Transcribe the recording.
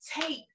take